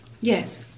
Yes